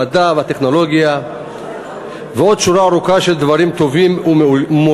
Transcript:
את המדע ואת הטכנולוגיה ועוד שורה ארוכה של דברים טובים ומועילים.